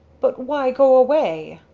but why go away?